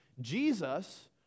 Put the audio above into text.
Jesus